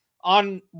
On